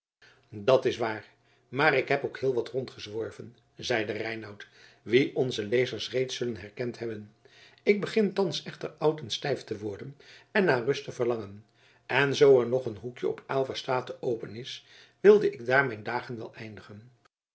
dat is waar maar ik heb ook heel wat rondgezworven zeide reinout wien onze lezers reeds zullen herkend hebben ik begin thans echter oud en stijf te worden en naar rust te verlangen en zoo er nog een hoekje op aylva state open is wilde ik daar mijn dagen wel eindigen